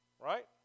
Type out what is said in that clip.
Right